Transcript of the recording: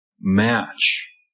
match